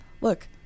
look